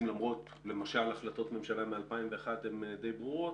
- למרות שלמשל החלטות ממשלה מ-2001 הן די ברורות